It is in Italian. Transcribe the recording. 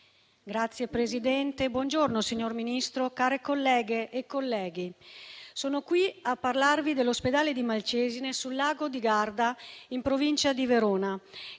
Signor Presidente, signor Ministro, onorevoli colleghe e colleghi, sono qui a parlarvi dell'ospedale di Malcesine, sul lago di Garda, in provincia di Verona,